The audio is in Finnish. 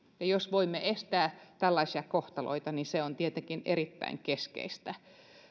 jos voimme estää tällaisia kohtaloita niin se on tietenkin erittäin keskeistä